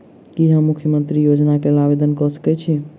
की हम मुख्यमंत्री योजना केँ लेल आवेदन कऽ सकैत छी?